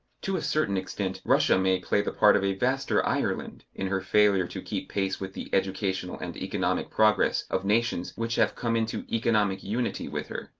to a certain extent, russia may play the part of a vaster ireland, in her failure to keep pace with the educational and economic progress of nations which have come into economic unity with her.